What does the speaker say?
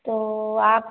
तो आप